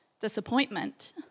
Disappointment